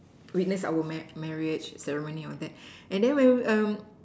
witness our mar~ marriage ceremony on that and then when